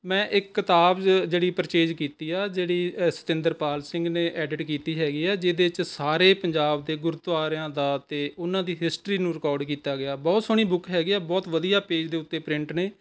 ਮੈਂ ਇੱਕ ਕਿਤਾਬ ਜ ਜਿਹੜੀ ਪਰਚੇਜ਼ ਕੀਤੀ ਆ ਜਿਹੜੀ ਸਤਿੰਦਰਪਾਲ ਸਿੰਘ ਨੇ ਐਡਿਟ ਕੀਤੀ ਹੈਗੀ ਹੈ ਜਿਹਦੇ 'ਚ ਸਾਰੇ ਪੰਜਾਬ ਦੇ ਗੁਰਦੁਆਰਿਆਂ ਦਾ ਅਤੇ ਉਹਨਾਂ ਦੀ ਹਿਸਟਰੀ ਨੂੰ ਰਿਕਾਰਡ ਕੀਤਾ ਗਿਆ ਬਹੁਤ ਸੋਹਣੀ ਬੁੱਕ ਹੈਗੀ ਹੈ ਬਹੁਤ ਵਧੀਆ ਪੇਜ਼ ਦੇ ਉੱਤੇ ਪ੍ਰਿੰਟ ਨੇ